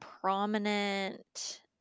prominent